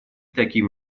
таким